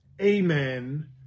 amen